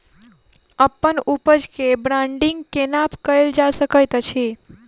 अप्पन उपज केँ ब्रांडिंग केना कैल जा सकैत अछि?